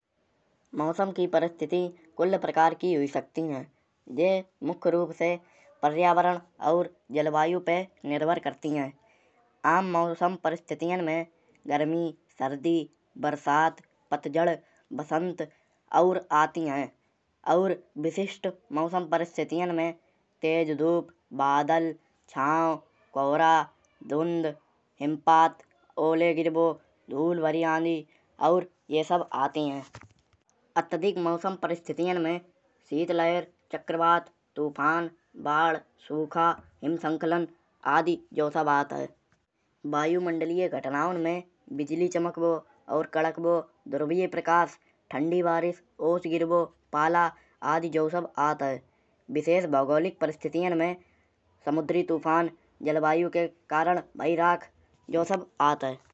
मौसम की परिस्थिति कुल प्रकार की होई सकत है। जे मुख्य रूप से पर्यावरण और जलवायु पे निर्भर करती है। आम मौसम परिस्थितियाँ में गर्मी सर्दी बारिश पतझड़ वसंत और आती है। और विशिष्ट मौसम परिस्थितियाँ में तेज धूप बादल छांव कोहरा धुंध हिमपात ओले गिरना धूल भरी आंधी और ये सब आती है। अत्यधिक मौसम परिस्थितियाँ में सर्द लहर चक्रवात तूफ़ान बाढ़ सुखा हिमसंघटन आदी यो सब आते हैं। वायुमंडलीय घटनाओं में बिजली चमकना और कड़कना ध्रुवीय प्रकाश ठंडी बारिश ओस गिरना पाला आदि यो सब आते हैं। विशेष भौगोलिक परिस्थितियों में समुद्री तूफ़ान जलवायु के कारण हुई रेखा आदि यो सब आते हैं।